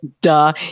duh